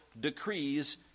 decrees